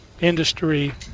industry